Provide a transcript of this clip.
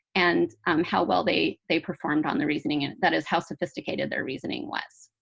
and how well they they performed on the reasoning, and that is, how sophisticated their reasoning was.